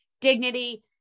dignity